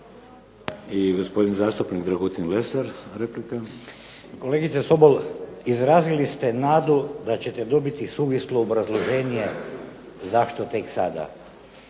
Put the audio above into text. (Hrvatski laburisti - Stranka rada)** Kolegice Sobol izrazili ste nadu da ćete dobiti suvislo obrazloženje zašto tek sada.